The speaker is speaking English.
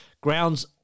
grounds